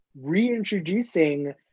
reintroducing